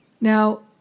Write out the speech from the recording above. Now